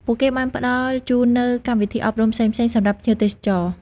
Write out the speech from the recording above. ពួកគេបានផ្តល់ជូននូវកម្មវិធីអប់រំផ្សេងៗសម្រាប់ភ្ញៀវទេសចរ។